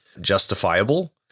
justifiable